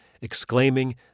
exclaiming